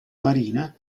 marina